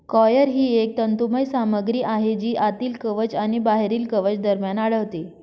coir ही एक तंतुमय सामग्री आहे जी आतील कवच आणि बाहेरील कवच दरम्यान आढळते